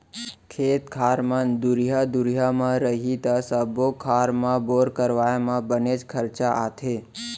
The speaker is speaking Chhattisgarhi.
खेत खार मन दुरिहा दुरिहा म रही त सब्बो खार म बोर करवाए म बनेच खरचा आथे